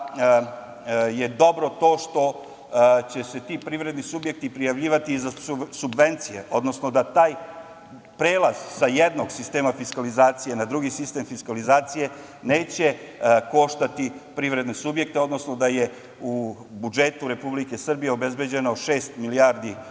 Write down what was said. je dobro to što će se ti privredni subjekti prijavljivati i za subvencije, odnosno da taj prelaz sa jednog sistema fiskalizacije na drugi sistem fiskalizacije neće koštati privredne subjekte, odnosno da je u budžetu Republike Srbije obezbeđeno šest milijardi dinara